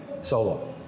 solo